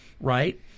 right